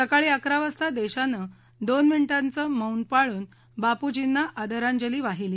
सकाळी अकरा वाजता देशानं दोन मिनिटांचं मौन पाळून बापूजींना आदरांजली वाहिली